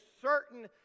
certain